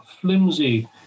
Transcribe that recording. flimsy